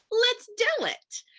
let's do it.